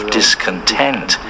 discontent